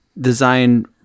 design